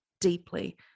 deeply